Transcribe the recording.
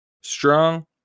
strong